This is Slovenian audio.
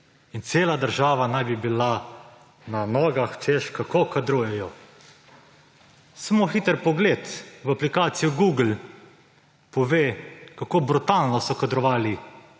In cela država naj bi bila na nogah, češ, kako kadrujejo. Samo hiter pogled v aplikacijo Google pove, kako brutalno so kadrovali